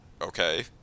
okay